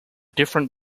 different